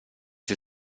sie